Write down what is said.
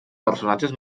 personatges